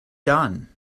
done